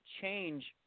change